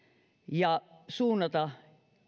ja suunnata